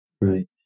right